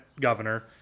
governor